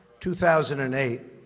2008